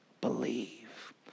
believe